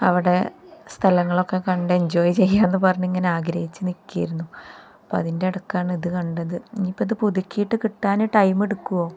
അവിടെ സ്ഥലങ്ങളൊക്കെ കണ്ട് എൻജോയ് ചെയ്യാമെന്നു പറഞ്ഞ് ഇങ്ങനെ ആഗ്രഹിച്ചു നില്ക്കുകയായിരുന്നു അപ്പോള് അതിൻ്റെ ഇടയ്ക്കാണ് ഇതു കണ്ടത് ഇനി ഇപ്പോഴീതു പുതുക്കിയിട്ടു കിട്ടാന് ടൈമെടുക്കുമോ